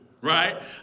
right